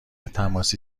تماسی